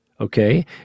okay